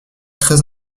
très